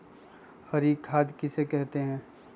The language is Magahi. हरी खाद किसे कहते हैं?